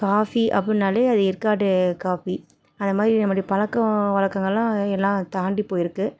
coffee அப்புடின்னாலே அது Yercaud coffee அந்தமாதிரி நம்முடைய பழக்க வழக்கங்கள்லாம் எல்லாம் தாண்டி இப்போ இருக்குது